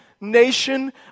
nation